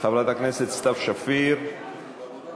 חברת הכנסת סתיו שפיר בעד.